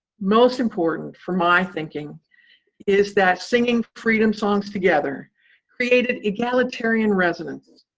most important for my thinking is that singing freedom songs together created egalitarian resonance,